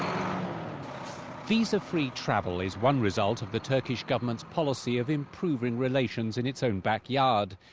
um visa-free travel is one result of the turkish government's policy of improving relations in its own backyard.